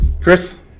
Chris